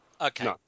okay